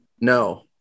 No